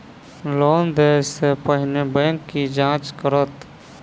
Loan देय सा पहिने बैंक की जाँच करत?